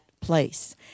place